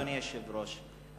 אדוני היושב-ראש,